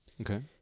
okay